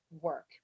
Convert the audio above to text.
work